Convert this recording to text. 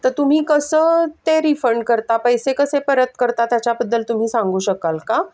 तर तुम्ही कसं ते रिफंड करता पैसे कसे परत करता त्याच्याबद्दल तुम्ही सांगू शकाल का